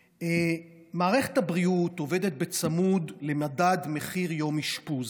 מערכת הבריאות עובדת צמוד למדד מחיר יום אשפוז,